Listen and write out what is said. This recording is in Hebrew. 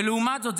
ולעומת זאת,